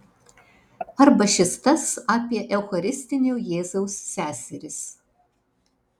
arba šis tas apie eucharistinio jėzaus seseris